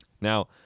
Now